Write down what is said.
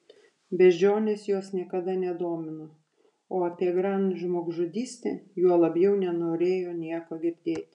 beždžionės jos niekada nedomino o apie grand žmogžudystę juo labiau nenorėjo nieko girdėti